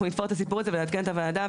אנחנו נתפור את הסיפור הזה ונעדכן את הוועדה.